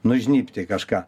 nužnybti kažką